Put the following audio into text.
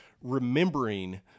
Remembering